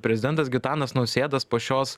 prezidentas gitanas nausėda po šios